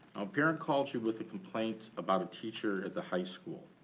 a parent calls you with a complaint about a teacher at the high school.